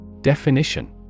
Definition